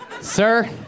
Sir